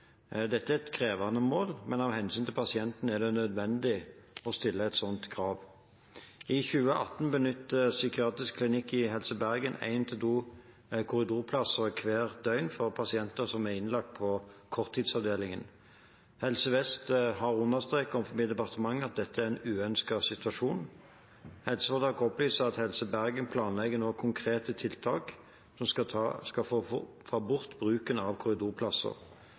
Dette er et krevende mål, men av hensyn til pasienten er det nødvendig å stille et slikt krav. I 2018 benytter psykiatrisk klinikk i Helse Bergen én til to korridorplasser hvert døgn for pasienter som er innlagt på korttidsavdelingen. Helse Vest har understreket overfor departementet at dette er en uønsket situasjon. Helseforetaket opplyser at Helse Bergen nå planlegger konkrete tiltak som skal få bort bruken av korridorplasser.